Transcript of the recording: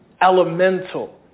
elemental